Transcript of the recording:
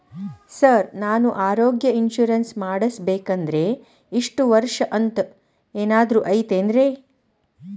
Sir ನಾನು ಆರೋಗ್ಯ insurance ಮಾಡಿಸ್ಬೇಕಂದ್ರೆ ಇಷ್ಟ ವರ್ಷ ಅಂಥ ಏನಾದ್ರು ಐತೇನ್ರೇ?